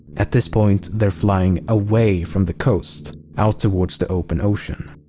at this point they're flying away from the coast out towards the open ocean.